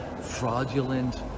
fraudulent